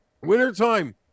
wintertime